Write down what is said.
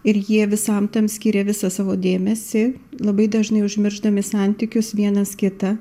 ir jie visam tam skyrė visą savo dėmesį labai dažnai užmiršdami santykius vienas kitą